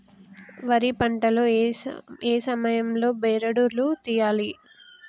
వరి పంట లో ఏ సమయం లో బెరడు లు తియ్యాలి?